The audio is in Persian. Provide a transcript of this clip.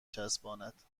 چسباند